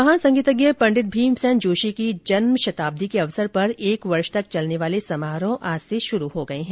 महान संगीतज्ञ पंडित भीमसेन जोशी की जन्मशताब्दी के अवसर पर एक वर्ष तक चलने वाले समारोह आज से शुरू हो गए हैं